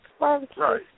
Right